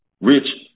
rich